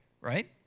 right